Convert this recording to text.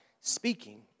speaking